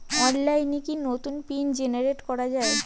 অনলাইনে কি নতুন পিন জেনারেট করা যায়?